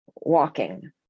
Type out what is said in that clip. walking